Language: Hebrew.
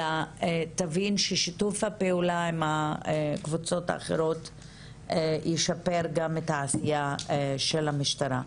אלא תבין ששיתוף הפעולה עם הקבוצות האחרות תשפר גם את העשייה של המשטרה.